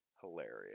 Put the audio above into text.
hilarious